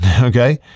okay